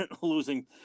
losing